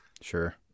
sure